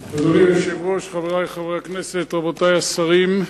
היושב-ראש, חברי חברי הכנסת, רבותי השרים,